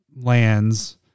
lands